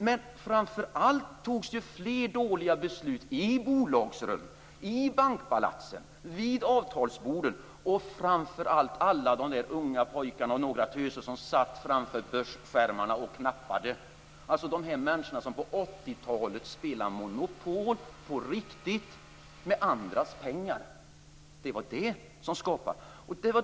Men framför allt fattades fler dåliga beslut i bolagsrummen, i bankpalatsen, vid avtalsborden och framför allt av alla de där unga pojkarna, och några töser, som satt framför börsskärmarna och knappade. Jag talar om de människor som på 80-talet spelade Monopol på riktigt med andras pengar. Det var det som skapade det hela.